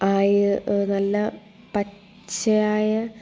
ആയ നല്ല പച്ചയായ